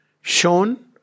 shown